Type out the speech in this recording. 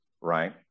Right